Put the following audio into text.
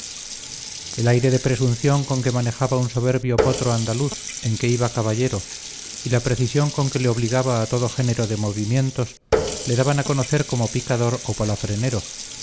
el aire de presunción con que manejaba un soberbio potro andaluz en que iba caballero y la precisión con que le obligaba a todo género de movimientos le daban a conocer como picador